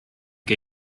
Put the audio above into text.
che